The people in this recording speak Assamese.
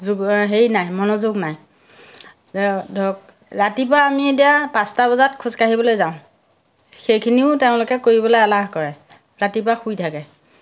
যুগ হেৰি নাই মনোযোগ নাই ধৰক ৰাতিপুৱা আমি এতিয়া পাঁচটা বজাত খোজকাঢ়িবলৈ যাওঁ সেইখিনিও তেওঁলোকে কৰিবলৈ এলাহ কৰে ৰাতিপুৱা শুই থাকে